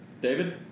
David